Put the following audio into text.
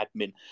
admin